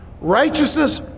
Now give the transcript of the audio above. Righteousness